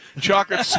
chocolate